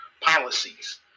policies